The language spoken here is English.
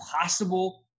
possible